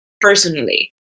personally